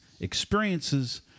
experiences